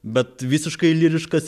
bet visiškai lyriškas